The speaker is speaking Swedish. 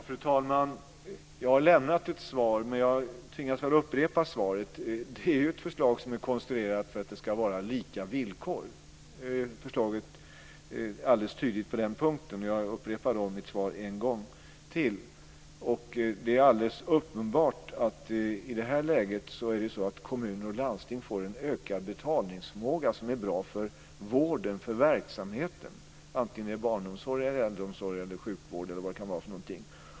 Fru talman! Jag har lämnat ett svar, men jag tvingas upprepa det. Förslaget är konstruerat för att det ska vara lika villkor. Det är alldeles tydligt på den punkten. Jag upprepar mitt svar en gång till. Det är alldeles uppenbart att kommuner och landsting får en större betalningsförmåga som är bra för verksamheten, antingen det är barnomsorg, äldreomsorg eller sjukvård.